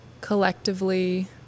collectively